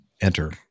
enter